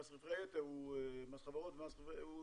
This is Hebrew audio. מס חברות ומס רווחי יתר, הוא